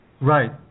Right